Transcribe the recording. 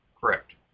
Correct